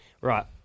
Right